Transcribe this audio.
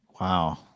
Wow